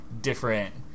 different